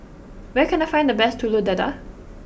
where can I find the best Telur Dadah